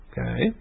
Okay